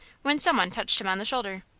when some one touched him on the shoulder.